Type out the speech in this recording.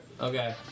Okay